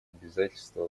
обязательства